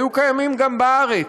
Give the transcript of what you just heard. היו קיימים גם בארץ,